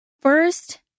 First